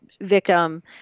victim